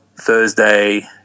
Thursday